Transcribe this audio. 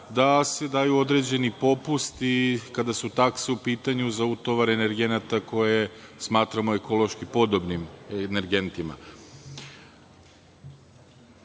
da se daju određeni popusti kada su takse u pitanju za utovare energenata koje smatramo ekološki podobnim energentima. Ja